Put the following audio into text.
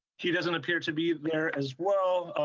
he doesn't appear to be there as well.